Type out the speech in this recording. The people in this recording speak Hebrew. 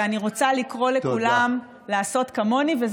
ואני רוצה לקרוא לכולם לעשות כמוני.